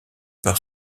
par